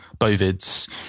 bovids